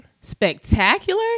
spectacular